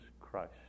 Christ